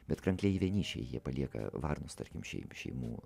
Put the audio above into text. bet krankliai vienišiai jie palieka varnos tarkim šeim šeimų